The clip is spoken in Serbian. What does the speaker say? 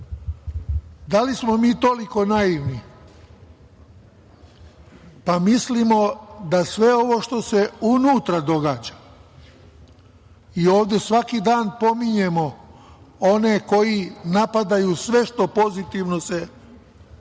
li smo mi toliko naivni pa mislimo da sve ovo što se unutra događa i ovde svaki dan pominjemo one koji napadaju sve što se pozitivno pokrene